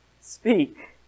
speak